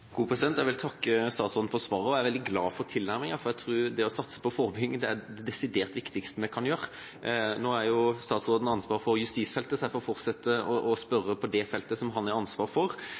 Jeg vil takke statsråden for svaret, og jeg er veldig glad for tilnærminga, for jeg tror at det å satse på forebygging er det desidert viktigste vi kan gjøre. Nå har jo statsråden ansvaret for justisfeltet, så jeg får fortsette å spørre på det feltet som han har ansvar for.